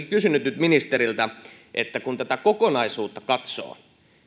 kysynyt nyt ministeriltä että kun tätä kokonaisuutta katsoo